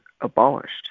abolished